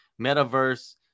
metaverse